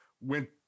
went